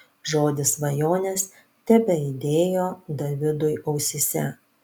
žodis svajonės tebeaidėjo davidui ausyse